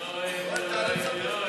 אה, בזה לא.